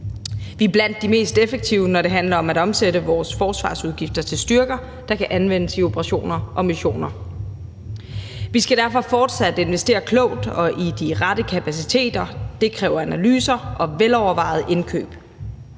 Vi er blandt de mest effektive, når det handler om at omsætte vores forsvarsudgifter til styrker, der kan anvendes i operationer og missioner. Vi skal derfor fortsat investere klogt og i det rette kapaciteter. Det kræver analyser og velovervejede indkøb.